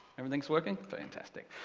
everything's working, fantastic.